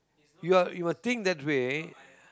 you're you will think that way